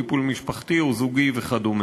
טיפול משפחתי או זוגי וכדומה.